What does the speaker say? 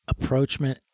approachment